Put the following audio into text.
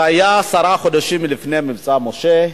זה היה עשרה חודשים לפני "מבצע משה",